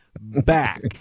back